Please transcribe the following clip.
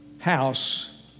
house